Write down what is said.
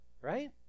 right